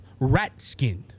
Ratskin